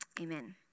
Amen